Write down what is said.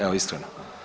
Evo iskreno.